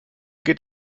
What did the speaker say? geht